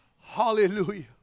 Hallelujah